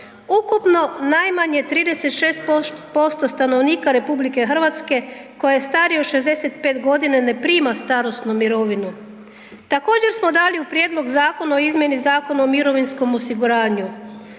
Ukupno najmanje 36% stanovnika RH koje je starije od 65 g. ne prima starosnu mirovinu. Također smo dali u Prijedlog zakona o izmjeni Zakona o mirovinskom osiguranju.